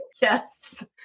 Yes